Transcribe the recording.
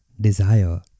desire